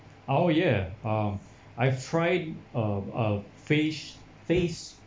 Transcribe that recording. oh ya ah I've try a a face face